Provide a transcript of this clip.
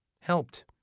helped